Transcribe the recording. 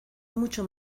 mucho